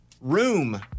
room